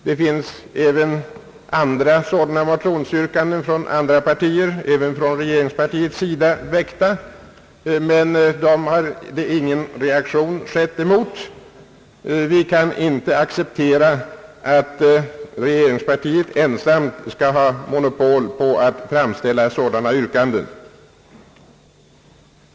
Det finns även motionsyrkanden från andra partier, även från regeringspartiets sida, men de har ej föranlett någon reaktion. Vi kan inte acceptera att regeringspartiet ensamt skall ha monopol på att framställa sådana yrkanden.